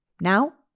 Now